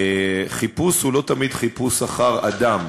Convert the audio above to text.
חיפוש הוא לא תמיד אחר אדם,